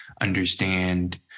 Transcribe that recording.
understand